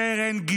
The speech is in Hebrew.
סרן,